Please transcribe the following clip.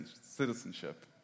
citizenship